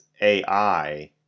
AI